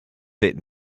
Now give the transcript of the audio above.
sit